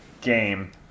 game